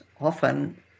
often